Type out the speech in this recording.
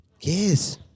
Yes